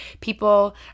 People